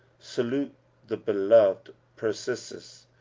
salute the beloved persis,